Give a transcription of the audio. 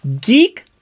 Geek